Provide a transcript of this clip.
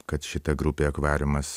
kad šita grupė akvariumas